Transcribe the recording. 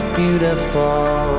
beautiful